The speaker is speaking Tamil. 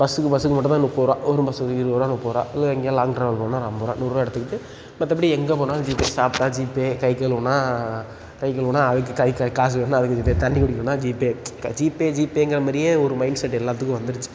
பஸ்ஸுக்கு பஸ்ஸுக்கு மட்டும் தான் முப்பது ரூபா கவுர்மெண்ட் பஸ்ஸுக்கு இருபது ரூபா முப்பது ரூபா இல்லை எங்கேயா லாங் ட்ராவல் போனா ஒரு ஐம்பது ரூபா நூறுரூவா எடுத்துக்கிட்டு மற்றபடி எங்கே போனாலும் ஜிபே சாப்பிட்டா ஜிபே கை கழுவுனா கை கழுவுனா அதுக்கு கை க காசு கட்டினா அதுக்கு ஜிபே தண்ணி குடிக்கணுன்னால் ஜிபே க ஜிபே ஜிபேங்கிற மாதிரியே ஒரு மைண்ட் செட் எல்லாத்துக்கும் வந்துடுச்சு